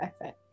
effort